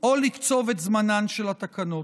או לקצוב את זמנן של התקנות.